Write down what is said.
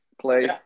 play